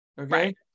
Okay